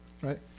right